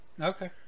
Okay